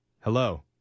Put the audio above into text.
hello